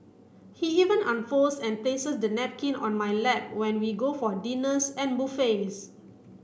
he even unfolds and places the napkin on my lap when we go for dinners and buffets